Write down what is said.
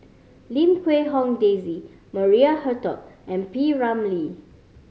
Lim Quee Hong Daisy Maria Hertogh and P Ramlee